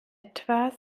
etwa